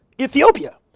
Ethiopia